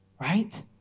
right